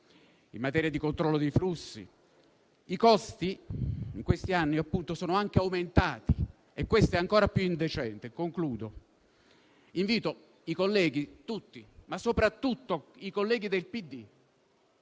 in materia di controllo dei flussi. I costi in questi anni sono anche aumentati e questo è ancora più indecente. Concludo invitando i colleghi tutti, ma soprattutto i colleghi del PD